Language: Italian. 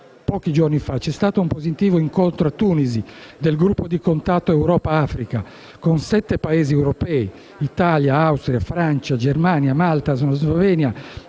pochi giorni c'è stato un positivo incontro a Tunisi del gruppo di contatto Europa-Africa, con sette Paesi europei (Italia, Austria, Francia, Germania, Malta, Slovenia